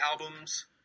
albums